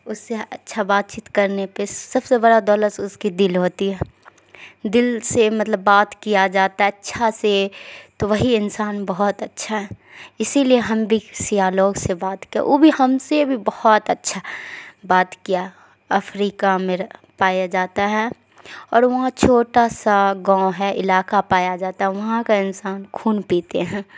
اس سے اچھا بات چیت کرنے پہ سب سے بڑا دولت اس کی دل ہوتی ہے دل سے مطلب بات کیا جاتا ہے اچھا سے تو وہی انسان بہت اچھا ہے اسی لیے ہم بھی سیاہ لوگ سے بات کیا وہ بھی ہم سے بھی بہت اچھا بات کیا افریقا میں پایا جاتا ہے اور وہاں چھوٹا سا گاؤں ہے علاقہ پایا جاتا ہے وہاں کا انسان کھون پیتے ہیں